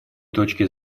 точки